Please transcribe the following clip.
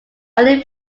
early